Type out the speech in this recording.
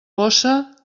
bossa